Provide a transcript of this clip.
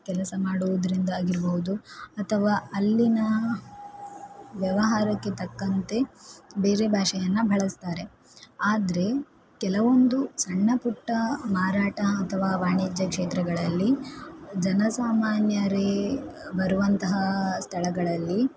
ಕೆಲಸ ಮಾಡುವುದ್ರಿಂದಾಗಿರ್ಬಹುದು ಅಥವಾ ಅಲ್ಲಿನ ವ್ಯವಹಾರಕ್ಕೆ ತಕ್ಕಂತೆ ಬೇರೆ ಭಾಷೆಯನ್ನು ಬಳಸ್ತಾರೆ ಆದರೆ ಕೆಲವೊಂದು ಸಣ್ಣ ಪುಟ್ಟ ಮಾರಾಟ ಅಥವಾ ವಾಣಿಜ್ಯ ಕ್ಷೇತ್ರಗಳಲ್ಲಿ ಜನಸಾಮಾನ್ಯರೇ ಬರುವಂತಹ ಸ್ಥಳಗಳಲ್ಲಿ